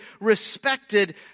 respected